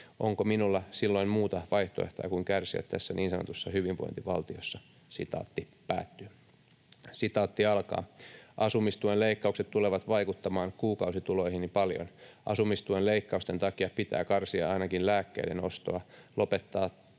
Onko minulla silloin muuta vaihtoehtoa, kuin kärsiä tässä niin sanotussa hyvinvointivaltiossa?” ”Asumistuen leikkaukset tulevat vaikuttamaan kuukausituloihini paljon. Asumistuen leikkausten takia pitää karsia ainakin lääkkeiden ostoa, lopettaa